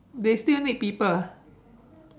they still need people ah